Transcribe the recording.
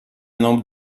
nombre